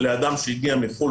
לאדם שהגיע מחו"ל,